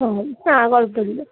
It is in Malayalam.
ആ ആ കുഴപ്പമില്ല